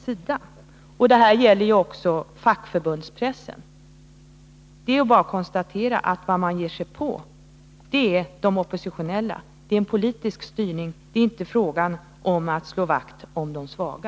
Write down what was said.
Det här gäller också fackförbundspressen. Det är bara att konstatera att vad man ger sig på är de oppositionella. Det är en politisk styrning, det är inte fråga om att slå vakt om de svaga.